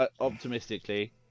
optimistically